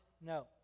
no